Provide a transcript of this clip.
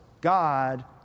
God